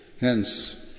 Hence